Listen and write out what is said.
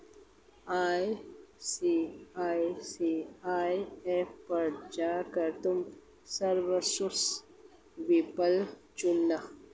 ICICI app पर जा कर तुम सर्विसेस विकल्प चुनना